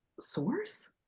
source